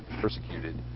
persecuted